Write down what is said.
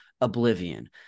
oblivion